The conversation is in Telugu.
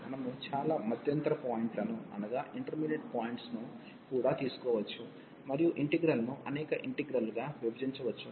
మనము చాలా మధ్యంతర పాయింట్లను తీసుకోవచ్చు మరియు ఇంటిగ్రల్ను అనేక ఇంటిగ్రల్లగా విభజించవచ్చు